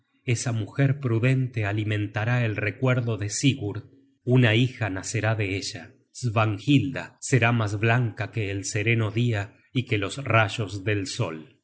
esa mujer prudente alimentará el recuerdo de sigurd una hija nacerá de ella svanhilda será mas blanca que el sereno dia y que los rayos del sol